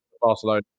Barcelona